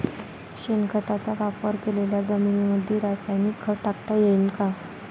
शेणखताचा वापर केलेल्या जमीनीमंदी रासायनिक खत टाकता येईन का?